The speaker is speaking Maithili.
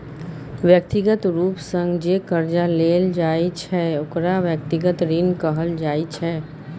व्यक्तिगत रूप सँ जे करजा लेल जाइ छै ओकरा व्यक्तिगत ऋण कहल जाइ छै